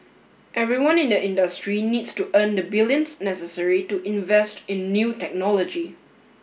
everyone in the industry needs to earn the billions necessary to invest in new technology